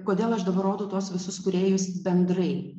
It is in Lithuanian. kodėl aš dabar rodau tuos visus kūrėjus bendrai